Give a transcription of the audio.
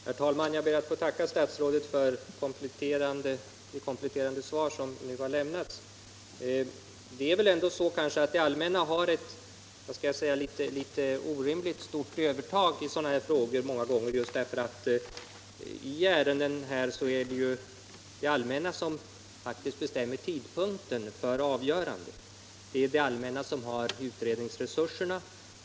Herr talman! Jag ber att få tacka statsrådet för det kompletterande svar som nu har lämnats. Det är väl ändå så att det allmänna många gånger har ett orimligt stort övertag i sådana här frågor därför att det är det allmänna som faktiskt bestämmer tidpunkten för avgörande av ärendena. Det är det allmänna som har utredningsresurserna.